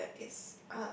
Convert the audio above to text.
okay that is